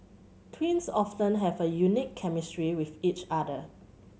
twins often have a unique chemistry with each other